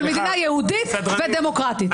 אבל מדינה יהודית ודמוקרטית.